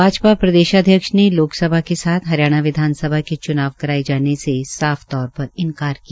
भाजपा प्रदेशाध्यक्ष ने लोकसभा के साथ हरियाणा विधानसभा के च्नाव कराये जाने से साफ तौर पर इन्कार किया